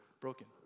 broken